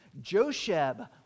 Josheb